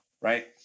right